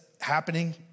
happening